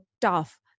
tough